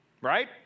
right